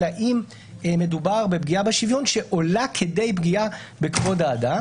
האם מדובר בפגיעה בשוויון שעולה כדי פגיעה בכבוד האדם.